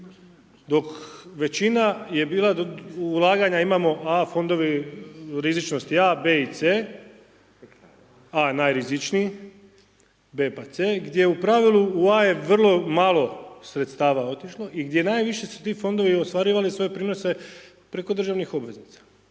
dok većina je bila ulaganja imamo, A fondovi, u rizičnosti A, B, C, A najrizičniji, B, pa C gdje u pravilu je u A vrlo malo sredstava otišlo, i gdje najviše ti fondovi ostvarivali svoje prinose preko državnih obveznica,